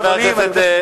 תודה, אדוני.